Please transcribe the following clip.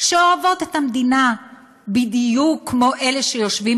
שאוהבות את המדינה בדיוק כמו אלה שיושבים